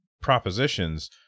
propositions